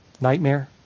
Nightmare